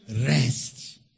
rest